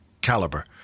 caliber